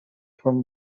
from